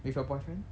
with your boyfriend